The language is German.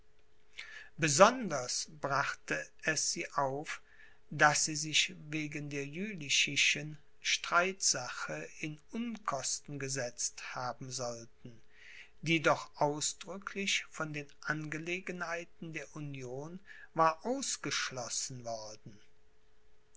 besonders brachte es sie auf daß sie sich wegen der jülichischen streitsache in unkosten gesetzt haben sollten die doch ausdrücklich von den angelegenheiten der union war ausgeschlossen worden